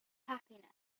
happiness